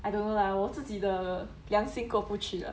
I don't know lah 我自己的良心过不去的